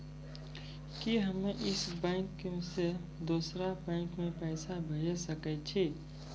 कि हम्मे इस बैंक सें दोसर बैंक मे पैसा भेज सकै छी?